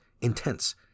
intense